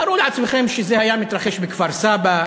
תארו לעצמכם שזה היה מתרחש בכפר-סבא,